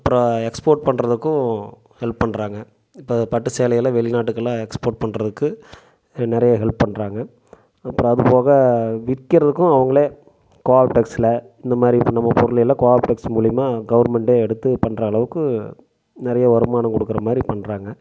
அப்புறம் எக்ஸ்போர்ட் பண்ணுறதுக்கும் ஹெல்ப் பண்ணுறாங்க இப்போ பட்டு சேலையெல்லாம் வெளிநாட்டுக்கெல்லாம் எக்ஸ்போர்ட் பண்ணுறதுக்கு நிறைய ஹெல்ப் பண்ணுறாங்க அப்புறம் அது போக விற்கிறக்கும் அவங்களே கோஆப்டெக்ஸில் இந்த மாதிரி இப்போ நம்ம பொருளெல்லாம் கோஆப்டெக்ஸ் மூலிமா கவர்மெண்டே எடுத்து பண்ணுற அளவுக்கு நிறைய வருமானம் கொடுக்கற மாதிரி பண்றாங்க